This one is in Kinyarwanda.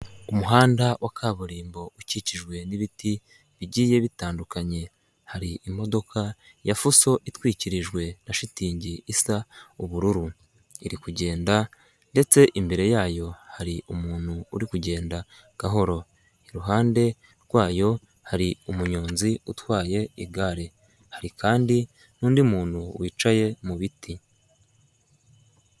Umuhanda wa kaburimbo ukikijwe n'ibitigiye bitandukanye, hari imodoka ya fuso itwikirijwe na shitingi isa ubururu, iri kugenda ndetse imbere yayo hari umuntu uri kugenda gahoro, iruhande rwayo hari umunyonzi utwaye igare, hari kandi n'undi muntu wicaye mu biti.